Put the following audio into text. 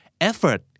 Effort